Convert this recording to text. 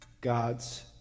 God's